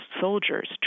soldiers